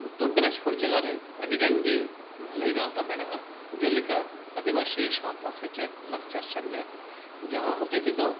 ᱩᱛᱛᱚᱨ ᱫᱤᱱᱟᱡᱽᱯᱩᱨ ᱡᱮᱞᱟᱨᱮ ᱟᱹᱰᱤᱜᱟᱱ ᱜᱮ ᱵᱷᱟᱹᱞᱟᱹᱭ ᱜᱟᱶᱛᱟ ᱢᱮᱱᱟᱜᱼᱟ ᱡᱮᱞᱮᱠᱟ ᱟᱹᱫᱤᱵᱟᱹᱥᱤ ᱥᱟᱶᱛᱟ ᱥᱮᱪᱮᱫ ᱞᱟᱠᱪᱟᱨ ᱥᱮᱢᱞᱮᱫ ᱡᱟᱦᱟᱸ ᱦᱚᱛᱮᱼᱛᱮᱫᱚ